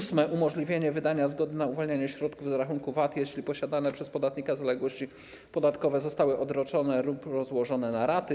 Ósme, umożliwienie wydania zgody na uwalnianie środków z rachunku VAT, jeśli posiadane przez podatnika zaległości podatkowe zostały odroczone lub rozłożone na raty.